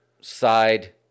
side